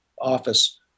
office